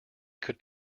could